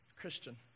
Christian